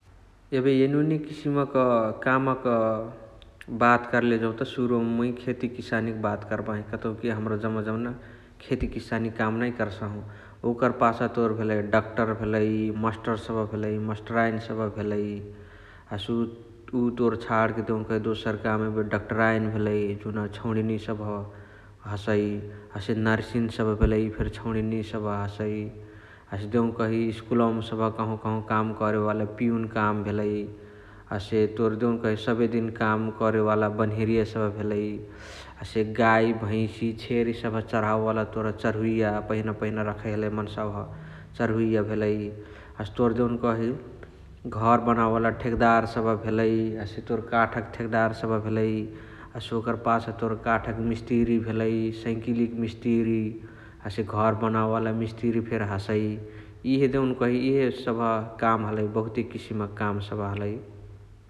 एबे एनुने किसिम क कामक बात कर्ले जौत सुरुमा मुइ खेती किसानी क बात कर्बाही । कतौकी हमरा जम्मा जन खेती किसानी काम नै कर्साहु । ओकर पाछा तोर भेलइ डक्टर भेलइ, मस्टर सबह भेलइ, मस्टराइनी सबह भेलइ । हसे उ छाणके तोर देउनकही दोसर काम डक्टराइन भेलइ जुन छौणिनिया सबह हसइ । हसे नर्सिनी सबह भेलइ इ फेरी छौणिनिया सबह हसइ । देउकही स्कूलवमा सबह हसइ काम करे वाला पिउन काम करे वाला पिउन काम भेलइ । हसे तोर देउनकही सबे दिन काम करे वाला बन्हेरिया सबह भेलइ । हसे गाइ भैसि, छेरी सबह चराअह्वे वाला तोर चारहोइया । पहिना पहिना रखइ हलइ मन्सावाह चारहोइया भेलइ । हसे तोर देउनकही घर बनावे वाला ठेकदार सबह भेलइ । हसे तोर काठक ठेकदार भेलइ हसे ओकर पाछा तोर काठक मिस्तिरी भेलइ । सैकिलिक मिस्तिरी भेलइ हसे घर बनावे वाला मिस्तिरी हसइ । इदे देउनकही इहे सबह काम हलाई बहुते किसिम काम सबह हलइ ।